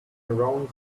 around